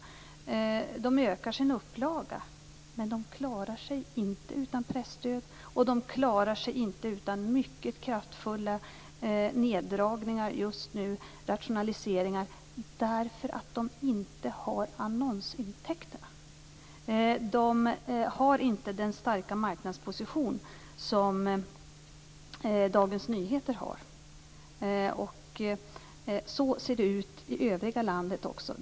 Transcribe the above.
Tidningen ökar sin upplaga, men man klarar sig inte utan presstöd, och man klarar sig just nu inte utan mycket kraftfulla neddragningar och rationaliseringar därför att man inte har annonsintäkterna. Man har inte den starka marknadsposition som Dagens Nyheter har. Så ser det ut i övriga landet också.